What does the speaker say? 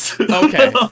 Okay